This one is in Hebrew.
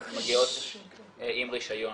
שמגיעות עם רישיון.